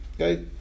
Okay